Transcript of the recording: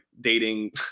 dating